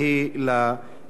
האם הכוונה לכניסה